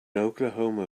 oklahoma